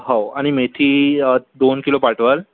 हो आणि मेथी दोन किलो पाठवाल